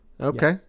Okay